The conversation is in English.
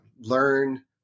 learn